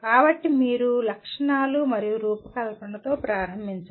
కాబట్టి మీరు లక్షణాలు మరియు రూపకల్పనతో ప్రారంభించండి